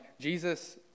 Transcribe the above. Jesus